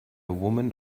woman